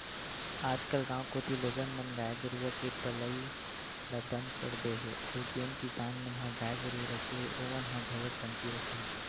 आजकल गाँव कोती लोगन मन गाय गरुवा के पलई ल बंद कर दे हे अउ जेन किसान मन ह गाय गरुवा रखे हे ओमन ह घलोक कमती रखे हे